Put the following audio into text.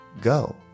go